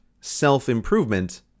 self-improvement